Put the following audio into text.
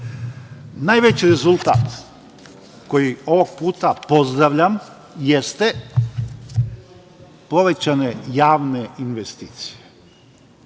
5%.Najveći rezultat, koji ovog puta pozdravljam, jeste povećane javne investicije.